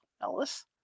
Ellis